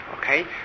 Okay